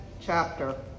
chapter